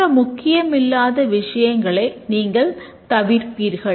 மற்ற முக்கியமில்லாத விஷயங்களை நீங்கள் தவிர்ப்பீர்கள்